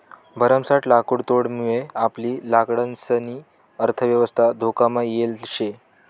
भरमसाठ लाकुडतोडमुये आपली लाकडंसनी अर्थयवस्था धोकामा येल शे